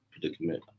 predicament